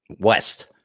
West